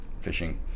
fishing